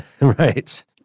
Right